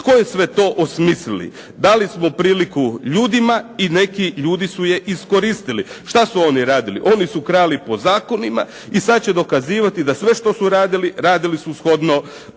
tko je sve to osmislio? Dali smo priliku ljudima i neki ljudi su je iskoristili. Što su oni radili? Oni su krali po zakonima i sad će dokazivati da sve što su radili, radili su shodno zakonima.